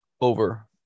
over